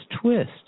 twist